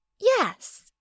yes